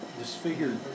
disfigured